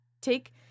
Take